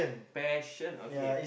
passion okay